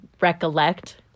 recollect